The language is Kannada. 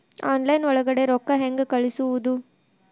ಆನ್ಲೈನ್ ಒಳಗಡೆ ರೊಕ್ಕ ಹೆಂಗ್ ಕಳುಹಿಸುವುದು?